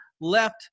left